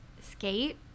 skate